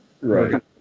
right